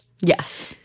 Yes